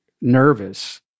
nervous